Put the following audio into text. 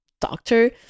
doctor